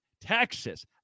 Texas